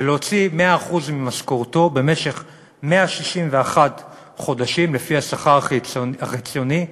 ולהוציא את 100% משכורתו במשך 161 חודשים לפי השכר החציוני,